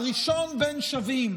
הראשון בין שווים,